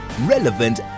relevant